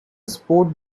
sport